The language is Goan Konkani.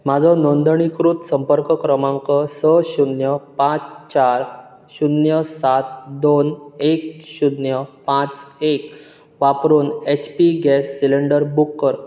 म्हाजो नोंदणी कृत संपर्क क्रमांक स शुन्य पांच चार शुन्य सात दोन एक शुन्य पांच एक वापरून H P gas cylinder book कर